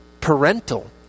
parental